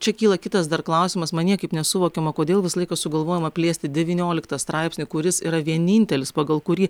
čia kyla kitas dar klausimas man niekaip nesuvokiama kodėl visą laiką sugalvojoma plėsti devynioliktą straipsnį kuris yra vienintelis pagal kurį